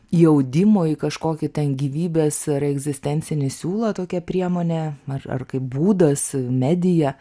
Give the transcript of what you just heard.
į audimo į kažkokį ten gyvybės ir egzistencinį siūlą tokia priemonė ar kaip būdas medija